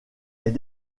est